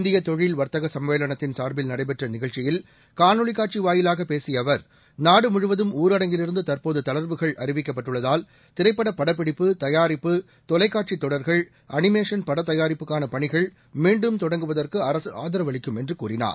இந்திய தொழில் வர்த்தக சம்மேளனத்தின் சாா்பில் நடைபெற்ற நிகழ்ச்சியில் காணொலிக் காட்சி வாயிலாக பேசிய அவர் நாடுமுழுவதும் ஊரடங்கிலிருந்து தற்போது தளர்வுகள் அறிவிக்கப்பட்டுள்ளதால் திரைப்பட படப்பிடிப்பு தயாரிப்பு தொலைக்காட்சித் தொடர்கள் அனிமேஷன் படத் தயாரிப்புக்கான பணிகள் மீண்டும் தொடங்குவதற்கு அரசு ஆதரவளிக்கும் என்று கூறினார்